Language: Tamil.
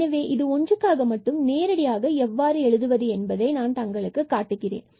எனவே இது ஒன்றுக்காக மட்டும் நேரடியாக எவ்வாறு எழுதுவது என்பதை நான் தங்களுக்கு காட்டுகிறேன்